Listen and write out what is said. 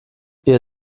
ihr